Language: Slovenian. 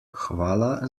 hvala